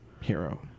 hero